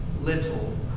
little